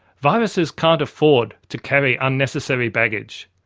viruses can't afford to carry unnecessary baggage.